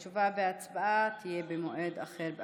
בבקשה, תשובה והצבעה יהיו במועד אחר.